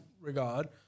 regard